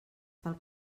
tal